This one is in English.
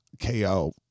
KO